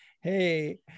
Hey